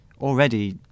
Already